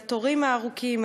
על התורים הארוכים,